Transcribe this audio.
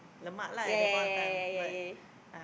yea yea yea yea yea yea